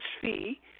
fee